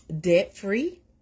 Debt-Free